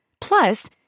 Plus